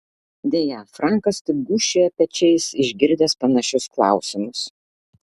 deja frankas tik gūžčioja pečiais išgirdęs panašius klausimus